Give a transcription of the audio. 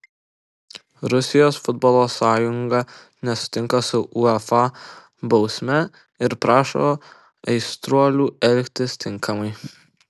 rusijos futbolo sąjunga nesutinka su uefa bausme ir prašo aistruolių elgtis tinkamai